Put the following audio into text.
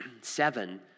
Seven